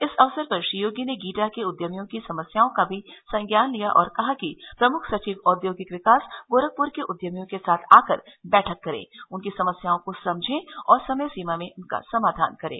इस अवसर पर श्री योगी ने गीडा के उद्यमियों की समस्याओं का भी संज्ञान लिया और कहा कि प्रमुख सचिव औद्योगिक विकास गोरखपुर के उद्यमियों के साथ आकर बैठक करें उनकी समस्याओं को समझे और समय सीमा में समाधान करें